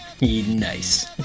Nice